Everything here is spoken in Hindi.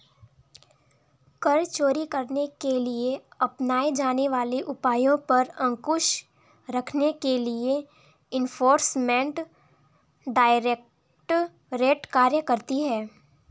कर चोरी करने के लिए अपनाए जाने वाले उपायों पर अंकुश रखने के लिए एनफोर्समेंट डायरेक्टरेट कार्य करती है